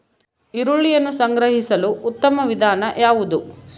ಈರುಳ್ಳಿಯನ್ನು ಸಂಗ್ರಹಿಸಲು ಉತ್ತಮ ವಿಧಾನ ಯಾವುದು?